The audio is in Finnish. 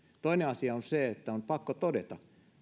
toinen asia on se että on pakko todeta